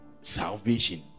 salvation